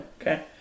Okay